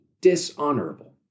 dishonorable